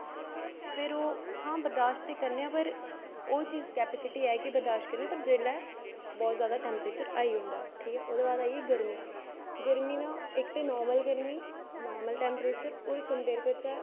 फिर ओह् हां बर्दाशत ते करने हां फिर ओह् चीज कपेसिटी है कि बर्दाशत करने हा पर जिसलै बहुत ज्यादा टैंपरेचर होई होंदा ऐ ठीक ऐ ओहदे बाद आई गेई गर्मी गर्मी दा इक ते नार्मल गर्मी नार्मल टैम्परेचर और केम्पेयर करचै